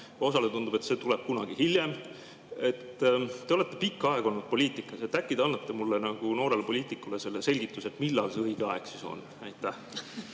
osale tundub, et see tuleb kunagi hiljem. Te olete pikka aega olnud poliitikas, äkki te annate mulle kui noorele poliitikule selgituse, et millal see õige aeg siis on. Aitäh,